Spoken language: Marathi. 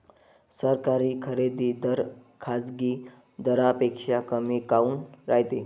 सरकारी खरेदी दर खाजगी दरापेक्षा कमी काऊन रायते?